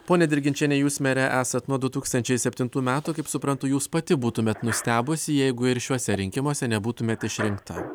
ponia dirginčienė jūs mere esat nuo du tūkstančiai septintų metų kaip suprantu jūs pati būtumėt nustebusi jeigu ir šiuose rinkimuose nebūtumėt išrinkta